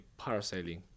parasailing